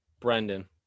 Brendan